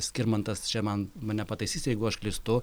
skirmantas čia man mane pataisys jeigu aš klystu